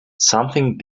something